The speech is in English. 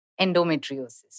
endometriosis